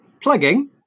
plugging